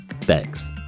Thanks